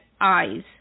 eyes